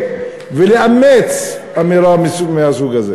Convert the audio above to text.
בשעה כזאת.